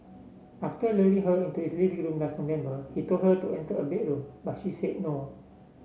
after luring her into his living room last November he told her to enter a bedroom but she said no